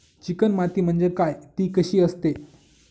Chicken माती म्हणजे काय? ति कशी असते?